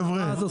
מה עושים אז?